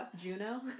Juno